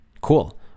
cool